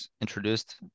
introduced